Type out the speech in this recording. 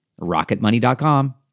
Rocketmoney.com